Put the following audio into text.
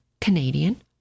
Canadian